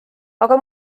aga